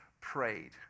prayed